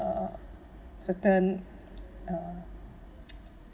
uh certain uh